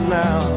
now